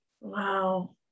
Wow